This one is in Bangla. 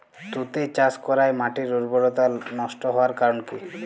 তুতে চাষ করাই মাটির উর্বরতা নষ্ট হওয়ার কারণ কি?